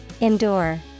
ENDURE